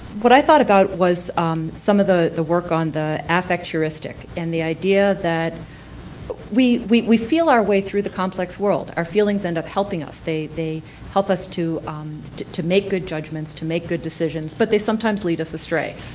what i thought about was some of the the work on the affect heuristic and the idea that we we feel our way through the complex world, our feeling end up helping us, they they help us to um to make good judgments, to make good decisions, but they sometimes lead us astray.